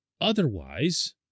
otherwise